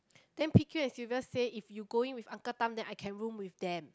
then P Q and Sylvia say if you going with uncle Tham then I can room with them